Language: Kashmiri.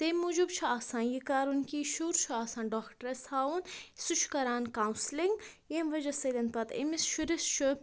تَمۍ موٗجوٗب چھُ آسان یہِ کَرُن کہِ یہِ شُر چھُ آسان ڈاکٹرٛس ہاوُن سُہ چھُ کران کَوسِلِنٛگ ییٚمہِ وَجہ سۭتۍ پَتہٕ أمِس شُرِس چھُ